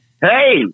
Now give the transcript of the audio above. Hey